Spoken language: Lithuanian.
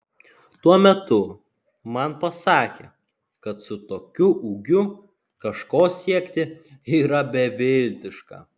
tuo metu man pasakė kad su tokiu ūgiu kažko siekti yra beviltiška